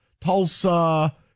Tulsa